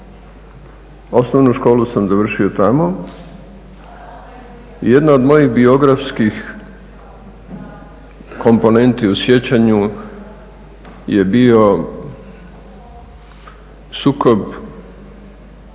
osnovnu školu sam završio tamo i jedna od mojih biografskih komponenti u sjećanju je bio sukob